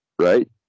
right